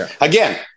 Again